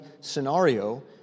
scenario